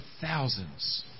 thousands